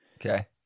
Okay